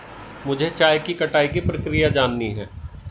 मुझे चाय की कटाई की प्रक्रिया जाननी है